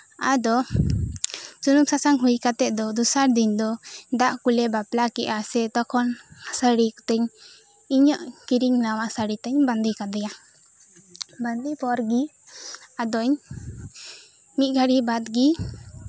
ᱟᱫᱚ ᱥᱩᱱᱩᱢ ᱥᱟᱥᱟᱝ ᱦᱩᱭ ᱠᱟᱛᱮ ᱫᱚ ᱫᱚᱥᱟᱨ ᱫᱤᱱ ᱫᱚ ᱫᱟᱜ ᱠᱚᱞᱮ ᱵᱟᱯᱞᱟ ᱠᱮᱫᱟ ᱥᱮ ᱛᱚᱠᱷᱚᱱ ᱥᱟᱹᱲᱤ ᱛᱤᱧ ᱤᱧᱟᱹᱜ ᱠᱤᱨᱤᱧ ᱱᱟᱣᱟ ᱥᱟᱹᱲᱤ ᱛᱤᱧ ᱵᱟᱸᱫᱮ ᱠᱮᱫᱮᱭᱟ ᱵᱟᱸᱫᱮ ᱯᱚᱨ ᱜᱮ ᱟᱫᱚᱧ ᱢᱤᱫ ᱜᱷᱟᱹᱲᱤ ᱵᱟᱫ ᱜᱮ